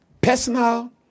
Personal